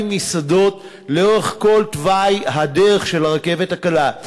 מסעדות לאורך כל תוואי הדרך של הרכבת הקלה.